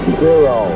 zero